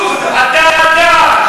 אתה מ"דאעש".